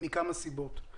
מכמה סיבות.